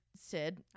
Sid